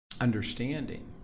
understanding